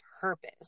purpose